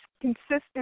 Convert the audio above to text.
consistent